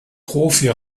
profi